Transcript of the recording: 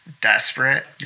desperate